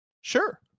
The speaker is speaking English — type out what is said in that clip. sure